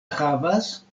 havas